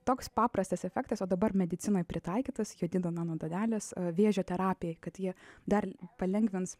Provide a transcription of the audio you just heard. toks paprastas efektas o dabar medicinoj pritaikytas jodido nanodalelės vėžio terapijai kad jie dar palengvins